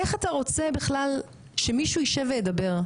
איך אתה רוצה בכלל שמישהו יישב וידבר?